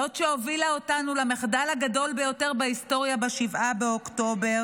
זאת שהובילה אותנו למחדל הגדול ביותר בהיסטוריה ב-7 באוקטובר,